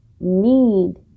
need